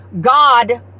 God